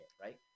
right